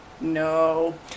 No